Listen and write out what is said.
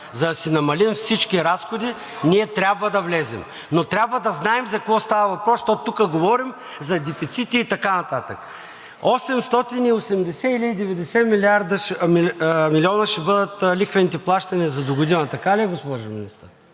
За да си намалим всички разходи, ние трябва да влезем, но трябва да знаем за какво става въпрос, защото тук говорим за дефицити и така нататък. 880 или 890 милиона ще бъдат лихвените плащания за догодина, така ли е, госпожо Министър?